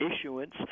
issuance